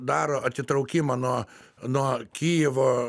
daro atitraukimą nuo nuo kijevo